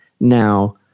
now